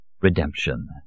Redemption